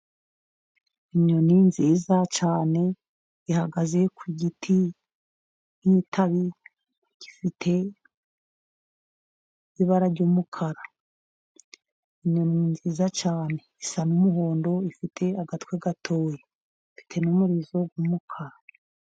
Inyoni nziza cyane, ihagaze ku giti nk'itabi gifite ibara ry'umukara, inyoni nziza cyane isa n'umuhondo ifite agatwe gatoya, ifite n'umurizo w'umukara.